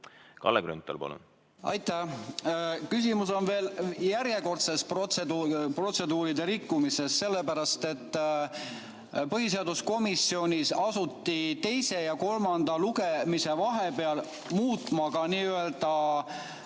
Kalle Grünthal, palun! Aitäh! Küsimus on järjekordses protseduuride rikkumises, sellepärast et põhiseaduskomisjonis asuti teise ja kolmanda lugemise vahepeal muutma eelnõu ka